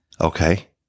Okay